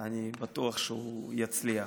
ואני בטוח שהוא יצליח.